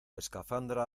escafandra